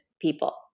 people